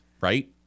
right